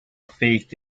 faith